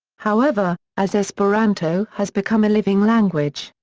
however, as esperanto has become a living language,